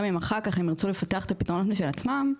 גם אם אחר כך הם ירצו לפתח פתרונות משל עצמם,